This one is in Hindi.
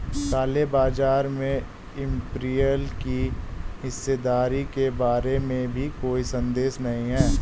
काले बाजार में इंपीरियल की हिस्सेदारी के बारे में भी कोई संदेह नहीं है